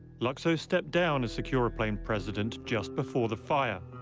lukso stepped down as securaplane president just before the fire.